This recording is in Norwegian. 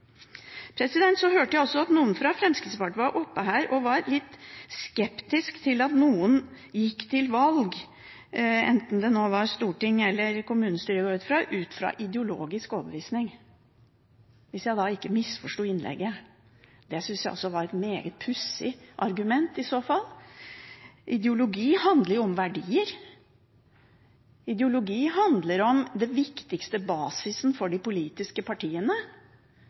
Så hørte jeg også at en fra Fremskrittspartiet var oppe her og var litt skeptisk til at noen gikk til valg enten det var til Stortinget eller kommunestyre, går jeg ut fra, ut fra ideologisk overbevisning, hvis jeg ikke misforsto innlegget. Det synes jeg også var et meget pussig argument i så fall. Ideologi handler jo om verdier. Ideologi handler om den viktigste basisen for de politiske partiene.